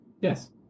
Yes